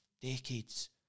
decades